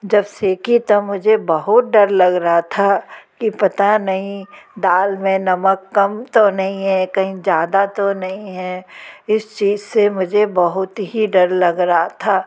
जब सेंकी तो मुझे बहुत डर लग रहा था की पता नहीं दाल में नमक कम तो नहीं है कहीं ज़्यादा तो नहीं है इस चीज़ से मुझे बहुत ही डर लग रहा था